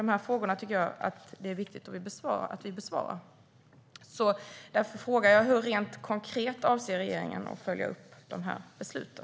Det är viktigt att vi besvarar de frågorna. Hur avser regeringen att rent konkret följa upp besluten?